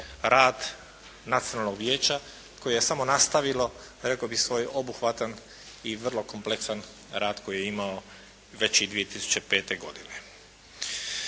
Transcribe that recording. rad Nacionalnog vijeća koje je samo nastavilo rekao bih svoj obuhvatan i vrlo kompleksan rad koji je imao već i 2005. godine.